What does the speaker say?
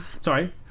Sorry